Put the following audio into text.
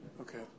okay